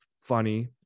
Funny